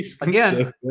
again